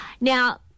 now